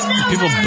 People